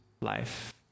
life